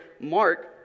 Mark